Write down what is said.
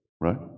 right